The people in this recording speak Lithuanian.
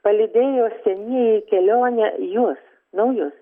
palydėjo senieji į kelionę juos naujus